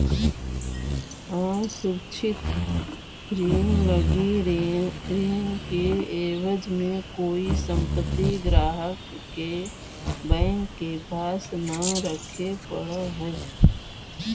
असुरक्षित ऋण लगी ऋण के एवज में कोई संपत्ति ग्राहक के बैंक के पास न रखे पड़ऽ हइ